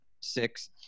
six